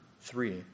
three